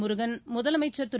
முருகன் முதலமைச்சர் திரு